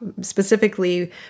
specifically